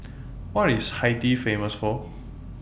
What IS Haiti Famous For